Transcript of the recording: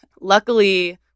Luckily